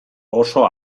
oso